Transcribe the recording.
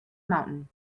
mountain